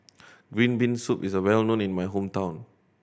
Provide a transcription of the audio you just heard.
green bean soup is well known in my hometown